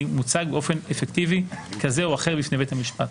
מוצגת באופן אפקטיבי כזה או אחר בפני בית המשפט.